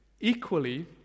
Equally